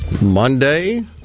Monday